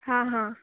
हां हां